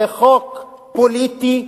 זה חוק פוליטי,